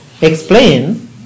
explain